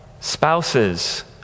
spouses